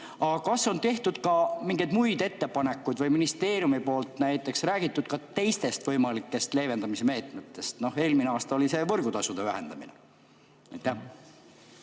Aga kas on tehtud ka mingeid muid ettepanekuid või ministeeriumis näiteks räägitud ka teistest võimalikest leevendamismeetmetest? Eelmine aasta oli see võrgutasude vähendamine.